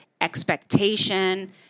expectation